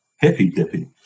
hippy-dippy